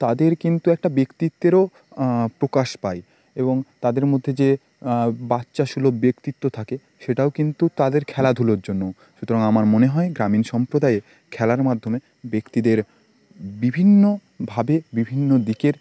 তাদের কিন্তু একটা ব্যক্তিত্বেরও প্রকাশ পায় এবং তাদের মধ্যে যে বাচ্ছাসুলভ ব্যক্তিত্ব থাকে সেটাও কিন্তু তাদের খেলাধুলোর জন্য সুতরাং আমার মনে হয় গ্রামীণ সম্প্রদায়ে খেলার মাধ্যমে ব্যক্তিদের বিভিন্নভাবে বিভিন্ন দিকের